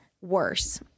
worse